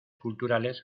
culturales